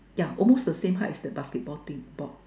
yeah almost the same height as the basketball thing board